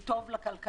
הוא טוב לכלכלה.